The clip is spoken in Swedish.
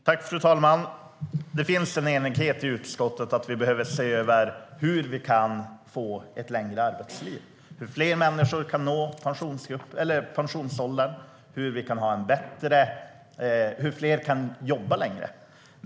Fru talman! Det finns en enighet i utskottet om att vi behöver se över hur vi kan få ett längre arbetsliv, hur fler människor kan nå pensionsåldern och hur fler kan jobba längre.